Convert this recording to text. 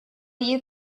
you